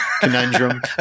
conundrum